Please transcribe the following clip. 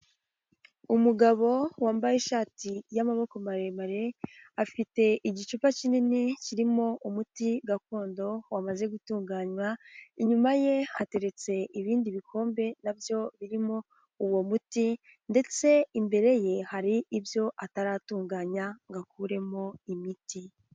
Umugabo wambaye ishati y'amaboko maremare afite igicupa kinini kirimo umuti gakondo wamaze gutunganywa, inyuma ye hateretse ibindi bikombe nabyo birimo uwo muti ndetse imbere ye hari ibyo ataratunganya ngo akuremo imiti.